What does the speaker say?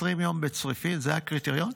20 יום בצריפין זה הקריטריון?